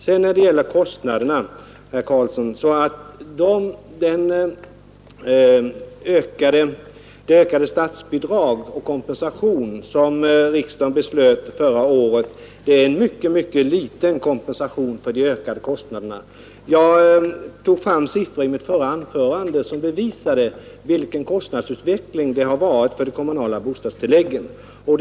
Vad beträffar kostnaderna vill jag säga att det ökade statsbidrag som riksdagen beslöt förra året innebär en mycket liten kompensation för kommunernas ökade kostnader. Jag anförde i mitt första anförande siffror som visade kostnadsutvecklingen för de kommunala bostadstilläggen, KBT.